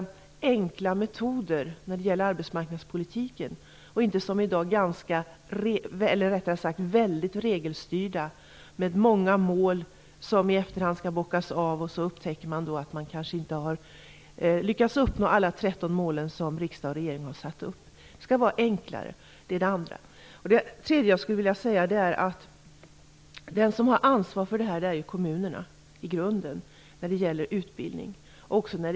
Metoderna för arbetsmarknadspolitiken skall också vara enkla och inte som i dag väldigt regelstyrda, med många mål som i efterhand skall bockas av. Då upptäcker man att man kanske inte har lyckats uppnå alla de 13 mål som riksdag och regering har satt upp. Det skall vara enklare. Det är det andra. Det tredje jag skulle vilja säga är att de som i grunden har ansvar för utbildningen är kommunerna.